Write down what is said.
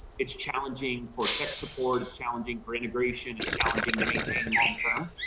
it's challenging for tech support, it's challenging for integration, it's challenging to maintain long term.